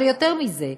אבל יותר מזה,